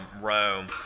rome